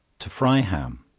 to fry ham.